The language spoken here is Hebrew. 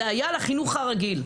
זה היה על החינוך הרגיל.